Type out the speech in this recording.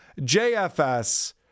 JFS